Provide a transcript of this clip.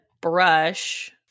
brush